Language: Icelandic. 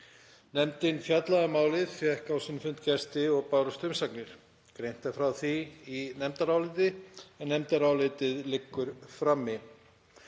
Nefndin fjallaði um málið og fékk á sinn fund gesti og bárust umsagnir. Greint er frá því í nefndaráliti en nefndarálitið liggur frammi.